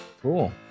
cool